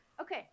okay